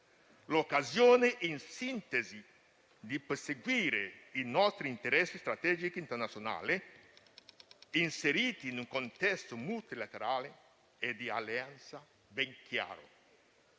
l'occasione, in sintesi, di perseguire i nostri interessi strategici internazionali, inseriti in un contesto multilaterale e di alleanze ben chiaro.